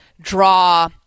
draw